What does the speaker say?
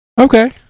Okay